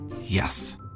Yes